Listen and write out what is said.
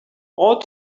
ought